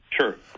Sure